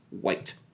white